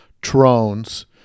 Trones